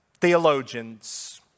theologians